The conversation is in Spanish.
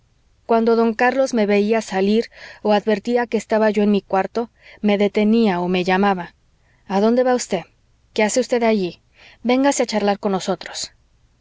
cuando don carlos me veía salir o advertía que estaba yo en mi cuarto me detenía o me llamaba a dónde va usted qué hace usted allí vengase a charlar con nosotros